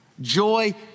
joy